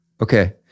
Okay